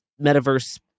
metaverse